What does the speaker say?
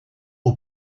aux